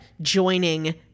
joining